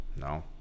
no